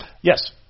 Yes